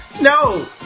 No